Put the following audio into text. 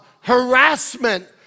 harassment